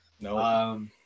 No